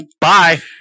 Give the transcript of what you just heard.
Bye